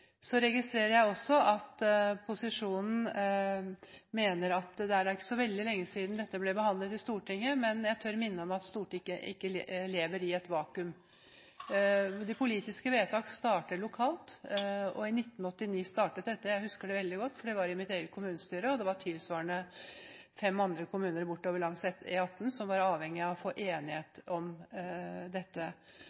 Så registrerer jeg også at posisjonen mener at det ikke er så veldig lenge siden dette ble behandlet i Stortinget, men jeg tør minne om at Stortinget ikke lever i et vakuum. De politiske vedtakene starter lokalt, og i 1989 startet dette. Jeg husker det veldig godt, for det var i mitt eget kommunestyre, og det var tilsvarende fem andre kommuner langs E18 som var avhengige av å få